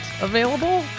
available